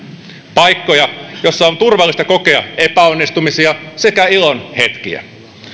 paikkoja joissa on turvallista kokea epäonnistumisia sekä ilon hetkiä